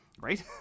right